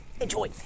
enjoy